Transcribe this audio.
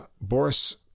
Boris